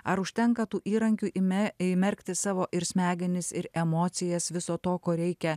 ar užtenka tų įrankių įme įmerkti savo ir smegenis ir emocijas viso to ko reikia